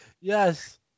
yes